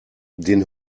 den